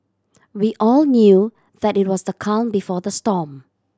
we all knew that it was the calm before the storm